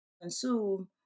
consume